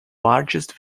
largest